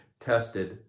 tested